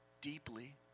deeply